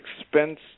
expense